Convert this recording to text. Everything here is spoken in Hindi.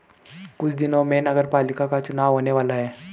कुछ दिनों में नगरपालिका का चुनाव होने वाला है